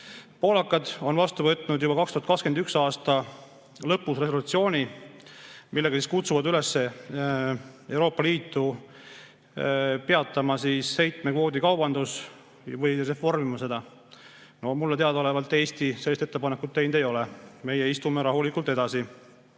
Poolakad on vastu võtnud juba 2021. aasta lõpus resolutsiooni, millega nad kutsuvad üles Euroopa Liitu peatama heitmekvoodikaubandus või reformima seda. Mulle teadaolevalt Eesti sellist ettepanekut teinud ei ole. Meie istume rahulikult edasi.